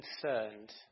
concerned